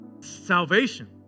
Salvation